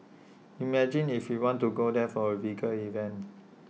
imagine if we want to go there for A event